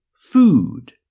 food